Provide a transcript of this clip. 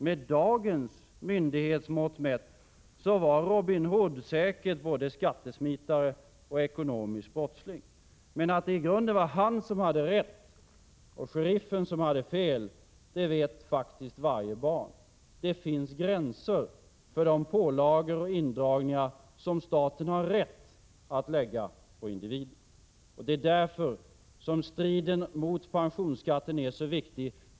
Med dagens myndighetsmått mätt var Robin Hood säkert både skattesmitare och ekonomisk brottsling, men att det i grunden var han som hade rätt, och sheriffen som hade fel, det vet faktiskt varje barn. Det finns gränser för de pålagor och indragningar som staten har rätt att lägga på individen. Det är därför striden mot pensionsskatten är så viktig.